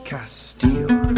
Castile